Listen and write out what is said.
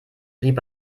rieb